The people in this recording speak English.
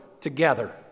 together